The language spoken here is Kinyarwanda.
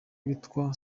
witwa